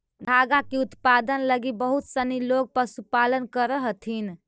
धागा के उत्पादन लगी बहुत सनी लोग पशुपालन करऽ हथिन